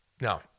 no